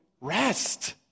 Rest